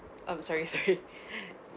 um sorry sorry